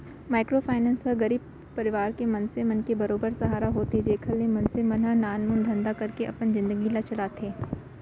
micro finance ह गरीब परवार के मनसे मन के बरोबर सहारा होथे जेखर ले मनसे मन ह नानमुन धंधा करके अपन जिनगी ल चलाथे